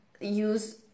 use